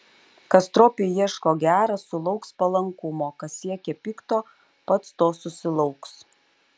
kas stropiai ieško gera sulauks palankumo kas siekia pikto pats to susilauks